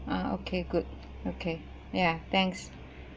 ah okay good okay ya thanks